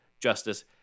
Justice